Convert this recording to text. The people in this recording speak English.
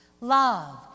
love